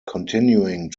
continuing